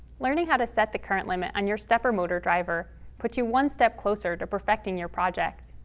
learning how to set the current limit on your stepper motor driver puts you one step closer to perfecting your project.